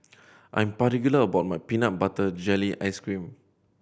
I am particular about my peanut butter jelly ice cream